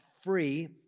free